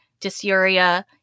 dysuria